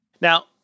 Now